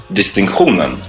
distinktionen